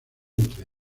entre